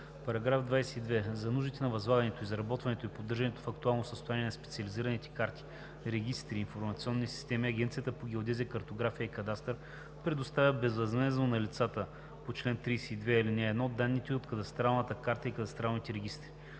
и 26: „§ 22. За нуждите на възлагането, изработването и поддържането в актуално състояние на специализираните карти, регистри и информационни системи Агенцията по геодезия картография и кадастър предоставя безвъзмездно на лицата по чл. 32, ал. 1 данните от кадастралната карта и кадастралните регистри.